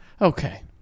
Okay